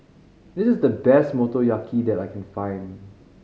this is the best Motoyaki that I can find